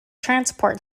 transport